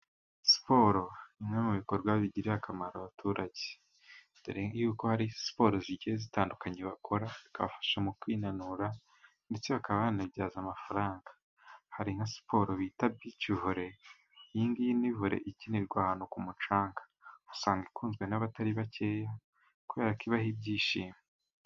Siporo bimwe mu bikorwa bigirira akamaro abaturage, dore y'uko hari siporo zigiye zitandukanye, bakora bikabafasha mu kwinanura ndetse bakaba banayibyaza amafaranga, hari nka siporo bita bici vore, iyi ngiyi ni vore ikinirwa ahantu kumucanga, usanga ikunzwe n'abatari bakeya kubera ko ibaha ibyishimo.